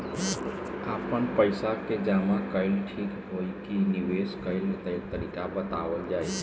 आपन पइसा के जमा कइल ठीक होई की निवेस कइल तइका बतावल जाई?